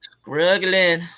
Struggling